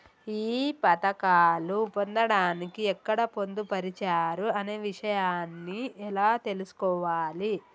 ఈ పథకాలు పొందడానికి ఎక్కడ పొందుపరిచారు అనే విషయాన్ని ఎలా తెలుసుకోవాలి?